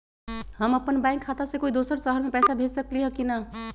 हम अपन बैंक खाता से कोई दोसर शहर में पैसा भेज सकली ह की न?